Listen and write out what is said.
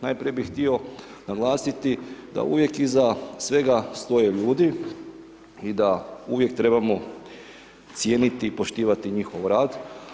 Najprije bih htio naglasiti da uvijek iza svega stoje ljudi i da uvijek trebamo cijeniti i poštivati njihov rad.